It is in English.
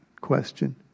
question